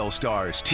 stars